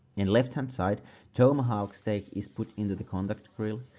in left hand side tomahawk steak is put into the contact grill.